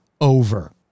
over